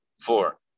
four